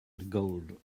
gold